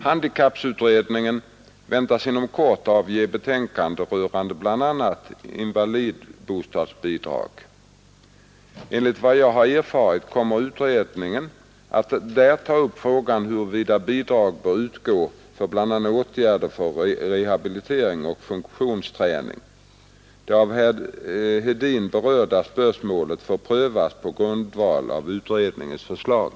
Handikapputredningen väntas inom kort avge betänkande rörande bl.a. invalidbostadsbidrag. Enligt vad jag har erfarit kommer utredningen att där ta upp frågan huruvida bidrag bör utgå för bl.a. åtgärder för rehabilitering och funktionsträning. Det av herr Hedin berörda spörsmålet får prövas på grundval av utredningens förslag.